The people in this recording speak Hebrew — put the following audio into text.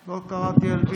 לא קראתי לביטן.